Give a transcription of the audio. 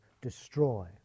destroy